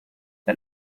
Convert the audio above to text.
the